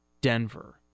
Denver